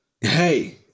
hey